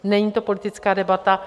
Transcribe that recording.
Není to politická debata.